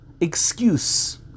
excuse